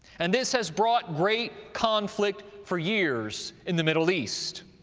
and this has brought great conflict for years in the middle east.